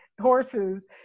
Horses